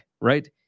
right